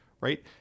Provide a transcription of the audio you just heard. right